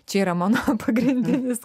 čia yra mano pagrindinis